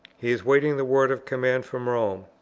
he is waiting the word of command from rome,